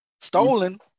Stolen